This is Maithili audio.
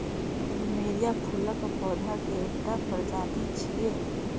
प्लुमेरिया फूलक पौधा के एकटा प्रजाति छियै